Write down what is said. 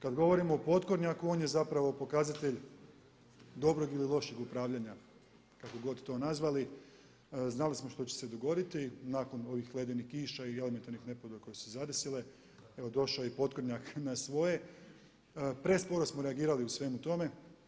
Kada govorimo o potkornjaku, on je zapravo pokazatelj dobrog ili lošeg upravljanja, kako god to nazvali, znali smo što će se dogoditi nakon ovih ledenih kiša i elementarnih nepogoda koje su zadesile, evo došao je i potkornjak na svoje, presporo smo reagirali u svemu tome.